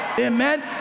Amen